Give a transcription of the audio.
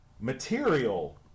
material